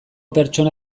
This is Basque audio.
pertsona